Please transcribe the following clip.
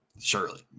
Surely